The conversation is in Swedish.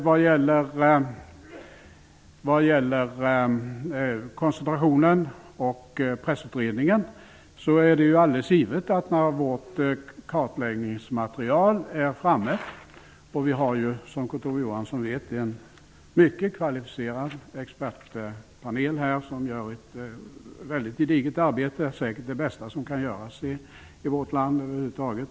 Vad sedan gäller Pressutredningen och frågan om koncentrationen vill jag säga att vi, som Kurt Ove Johansson vet, har en mycket kvalificerad expertpanel, som gör ett mycket gediget arbete -- säkert det bästa som kan göras i vårt land över huvud taget.